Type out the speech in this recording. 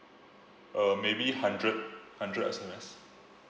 uh maybe hundred hundred S_M_S